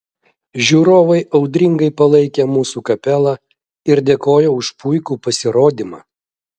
žiūrovai audringai palaikė mūsų kapelą ir dėkojo už puikų pasirodymą